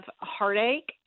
heartache